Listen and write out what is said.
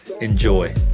Enjoy